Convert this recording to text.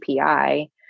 API